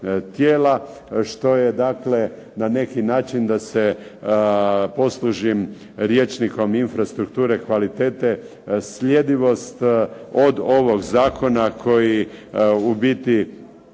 tijela, što je dakle na neki način da se poslužim rječnikom infrastrukture kvalitete, sljedivost od ovog zakona koji ubiti